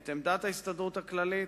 את עמדת ההסתדרות הכללית